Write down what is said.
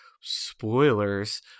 spoilers